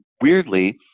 weirdly